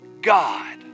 God